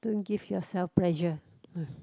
don't give yourself pressure